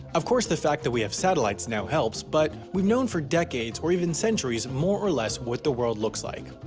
of course the fact that we have satellites now helps but, we've known for decades or even centuries more or less what the world looks like,